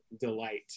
delight